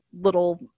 little